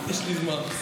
יש לי זמן.